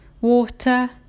water